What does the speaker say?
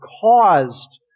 caused